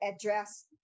address